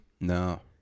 No